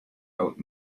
old